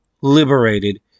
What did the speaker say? liberated